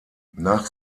nach